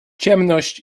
ciemność